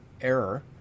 error